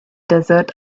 desert